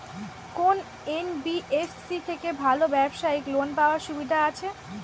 কোন এন.বি.এফ.সি থেকে ভালো ব্যবসায়িক লোন পাওয়ার সুবিধা আছে?